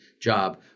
job